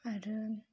आरो